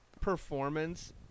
performance